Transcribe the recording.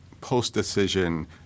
post-decision